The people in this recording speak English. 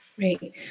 Right